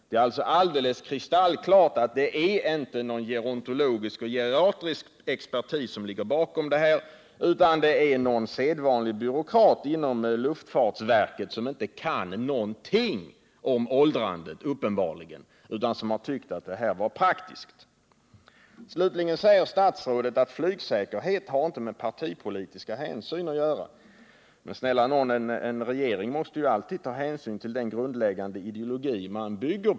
Det är alltså alldeles kristallklart att det inte är någon gerontologisk och geriatrisk expertis som ligger bakom den inställning statsrådet redovisar, utan det är någon sedvanlig byråkrat inom luftfartsverket som uppenbarligen inte kan någonting om åldrandet utan som har tyckt att det är praktiskt med en bestämd åldersgräns. Slutligen säger statsrådet att flygsäkerhet inte har med partipolitiska hänsyn att göra. Men, snälla nån, en regering måste alltid ta hänsyn till sin grundläggande ideologi.